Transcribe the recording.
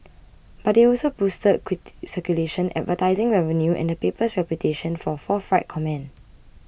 but they also boosted circulation advertising revenue and the paper's reputation for forthright comment